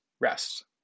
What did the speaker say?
rest